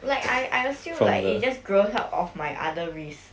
like I I assume like it just grows out of my other wrist